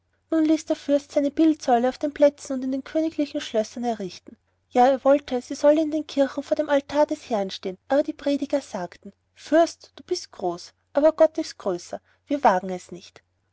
nun ließ der fürst seine bildsäule auf den plätzen und in den königlichen schlössern errichten ja er wollte sie solle in den kirchen vor dem altar des herrn stehen aber die prediger sagten fürst du bist groß aber gott ist größer wir wagen es nicht